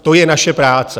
To je naše práce.